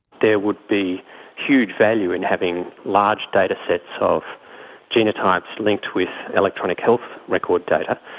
there would be huge value in having large datasets of genotypes linked with electronic health record data.